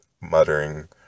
muttering